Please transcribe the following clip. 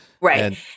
Right